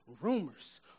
Rumors